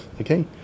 okay